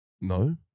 No